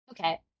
Okay